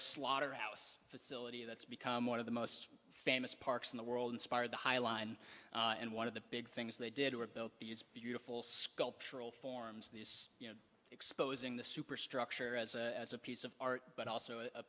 slaughterhouse facility that's become one of the most famous parks in the world inspire the highline and one of the big things they did were built these beautiful sculptural forms these you know exposing the superstructure as a as a piece of art but also a